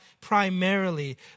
primarily